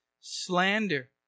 slander